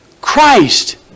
Christ